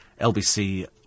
LBC